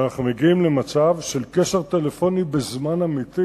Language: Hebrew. שאנחנו מגיעים למצב של קשר טלפוני בזמן אמיתי,